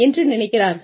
என்று நினைக்கிறார்கள்